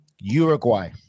Uruguay